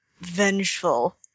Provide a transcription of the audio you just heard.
vengeful